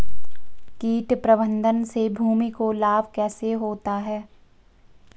कीट प्रबंधन से भूमि को लाभ कैसे होता है?